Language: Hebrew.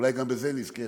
אולי גם בזה נזכה